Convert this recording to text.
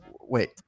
wait